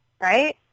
right